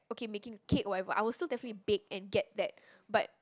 okay making cake or whatever I will still definitely bake and get that but